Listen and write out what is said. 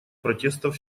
протестов